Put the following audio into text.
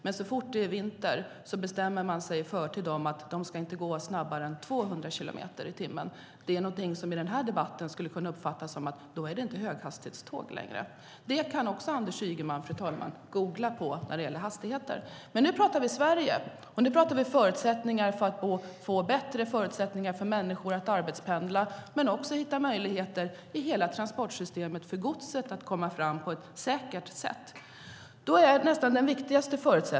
Men så fort det är vinter bestämmer man sig i förtid för att de inte ska gå snabbare än 200 kilometer i timmen. Det är någonting som i den här debatten skulle kunna uppfattas som att det inte är höghastighetståg längre. Anders Ygeman kan också googla på det när det gäller hastigheter, fru talman. Nu talar vi om Sverige och hur vi ska få bättre förutsättningar för människor att arbetspendla. Det handlar också om att hitta möjligheter i hela transportsystemet för godset att komma fram på ett säkert sätt.